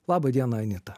laba diena anita